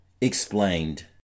Explained